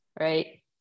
right